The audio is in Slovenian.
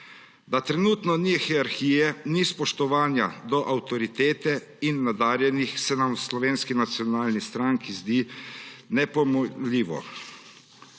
Da trenutno ni hierarhije, ni spoštovanja do avtoritete in nadarjenih, se nam v Slovenski nacionalni stranki zdi nepojmljivo.